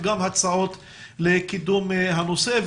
וגם בהצעות לקידום הנושא,